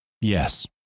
Yes